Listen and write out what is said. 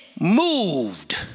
moved